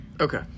Okay